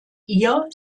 ihr